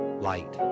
light